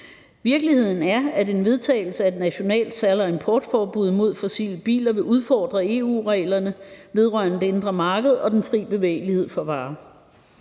Virkeligheden er, at en vedtagelse af et nationalt salgs- og importforbud mod fossile biler vil udfordre EU-reglerne vedrørende det indre marked og den fri bevægelighed for varer.